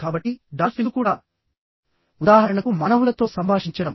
కాబట్టి డాల్ఫిన్లు కూడా ఉదాహరణకు మానవులతో సంభాషించడం